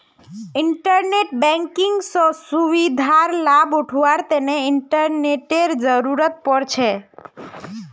internet banking स सुविधार लाभ उठावार तना इंटरनेटेर जरुरत पोर छे